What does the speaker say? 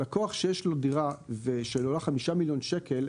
לקוח שיש לו דירה שעולה 5 מיליון שקל,